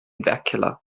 werkkeller